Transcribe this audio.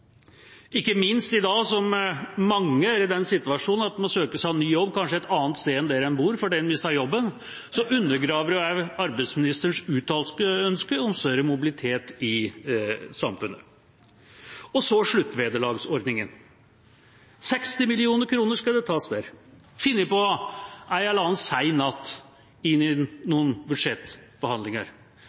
Ikke minst i dag som mange er i den situasjon at de må søke seg ny jobb, kanskje et annet sted enn der de bor fordi de har mistet jobben, undergraver det også arbeidsministerens uttalte ønske om større mobilitet i samfunnet. Så til sluttvederlagsordningen. 60 mill. kr skal det tas der, funnet på en eller annen sen natt i noen budsjettbehandlinger,